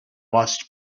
must